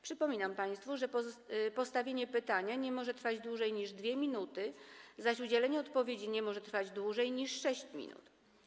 Przypominam państwu, że postawienie pytania nie może trwać dłużej niż 2 minuty, zaś udzielenie odpowiedzi nie może trwać dłużej niż 6 minut.